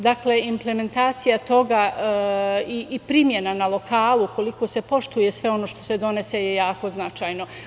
Dakle, implementacija toga i primena na lokalu ukoliko se poštuje sve ono što se donese je jako značajno.